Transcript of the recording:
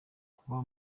kuba